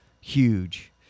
huge